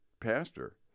pastor